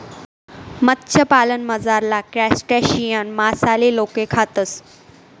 मत्स्यपालनमझारला क्रस्टेशियन मासाले लोके खातस